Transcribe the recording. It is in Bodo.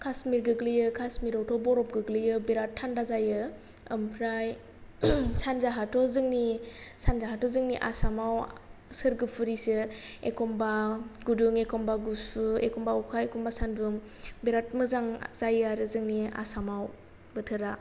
काश्मीर गोग्लैयो काश्मीर आवथ' बरफ गोग्लैयो बेराथ थान्दा जायो ओमफ्राय सानजाहाथ' जोंनि सानजाहाथ' जोंनि आसामाव सोरगोफुरिसो एखमबा गुदुं एखमबा गुसु एखमबा अखा हायो एखमबा सान्दुं बेराथ मोजां जायो आरो जोंनि आसामाव बोथोरा